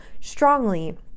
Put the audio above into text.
strongly